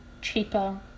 cheaper